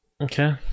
Okay